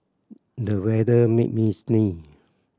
the weather made me sneeze